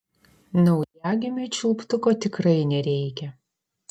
naujagimiui čiulptuko tikrai nereikia